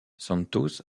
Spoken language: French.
santos